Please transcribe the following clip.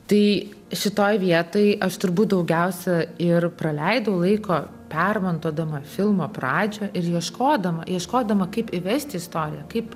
tai šitoj vietoj aš turbūt daugiausia ir praleidau laiko permontuodama filmo pradžią ir ieškodama ieškodama kaip įvest į istoriją kaip